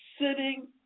Sitting